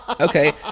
okay